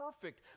perfect